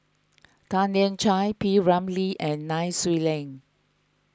Tan Lian Chye P Ramlee and Nai Swee Leng